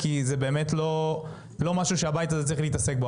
כי זה לא משהו שהבית הזה צריך לעסוק בו,